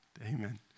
Amen